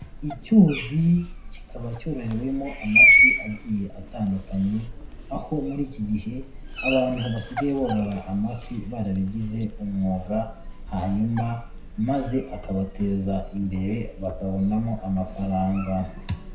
Icyuzi kikaba cyororewemo amafi agiye atandukanye, aho muri iki gihe abantu basigaye borora amafi barabigize umwuga, hanyuma maze akabateza imbere bakabonamo amafaranga.